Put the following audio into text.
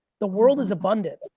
the world is abundant,